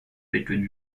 between